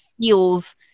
feels